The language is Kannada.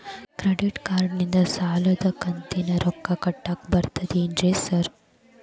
ಕ್ರೆಡಿಟ್ ಕಾರ್ಡನಿಂದ ಸಾಲದ ಕಂತಿನ ರೊಕ್ಕಾ ಕಟ್ಟಾಕ್ ಬರ್ತಾದೇನ್ರಿ ಸಾರ್?